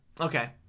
Okay